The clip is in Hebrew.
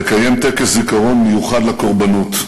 לקיים טקס זיכרון מיוחד לקורבנות.